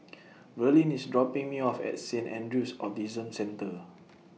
Verlene IS dropping Me off At Saint Andrew's Autism Centre